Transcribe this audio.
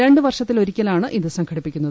രണ്ട് പർഷത്തിലൊരിക്കലാണ് ഇത് സംഘടിപ്പിക്കുന്നത്